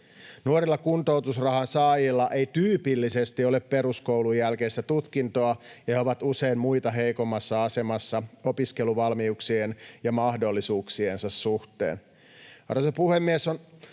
Nuorilla kuntoutusrahan saajilla ei tyypillisesti ole peruskoulun jälkeistä tutkintoa, ja he ovat usein muita heikommassa asemassa opiskeluvalmiuksien ja mahdollisuuksiensa suhteen. Arvoisa puhemies! On